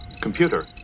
Computer